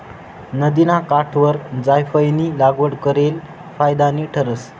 नदिना काठवर जायफयनी लागवड करेल फायदानी ठरस